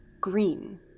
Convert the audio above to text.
green